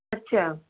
ਅੱਛਾ